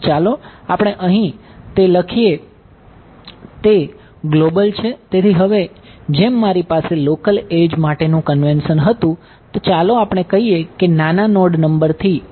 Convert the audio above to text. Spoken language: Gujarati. તો ચાલો આપણે અહીં તે લખીએ તે ગ્લોબલ છે